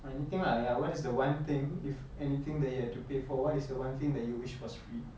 anything lah ya what is the one thing if anything that you have to pay for what is the one thing that you wish was free